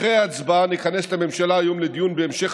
אחרי ההצבעה נכנס את הממשלה היום לדיון בהמשך